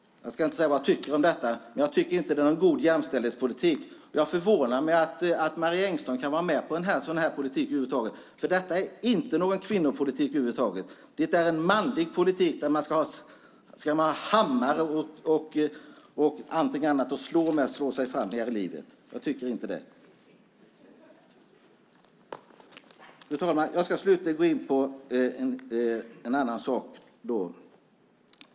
Jag ska inte säga vad jag tycker om det, men det är inte en god jämställdhetspolitik. Det förvånar mig att Marie Engström över huvud taget kan vara med på en politik som inte är kvinnopolitik. I stället är det en manlig politik där man ska ha hammare och annat att slå sig fram med här i livet. Jag tycker inte så. Fru talman!